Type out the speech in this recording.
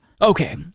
Okay